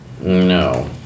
No